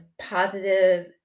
positive